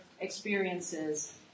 experiences